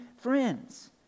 friends